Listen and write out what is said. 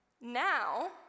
now